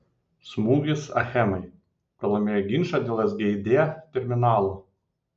smūgis achemai pralaimėjo ginčą dėl sgd terminalo